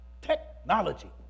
technology